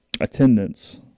Attendance